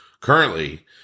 Currently